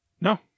No